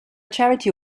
charity